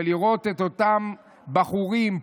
לראות את אותם בחורים,